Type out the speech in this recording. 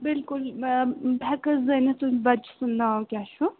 بِلکُل بہٕ ہٮ۪کہٕ زٲنِتھ بَچہِ سُنٛد ناو کیٛاہ چھُ